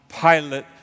Pilate